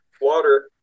water